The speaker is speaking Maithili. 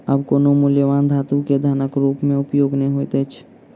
आब कोनो मूल्यवान धातु के धनक रूप में उपयोग नै होइत अछि